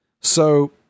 So-